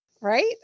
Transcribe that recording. right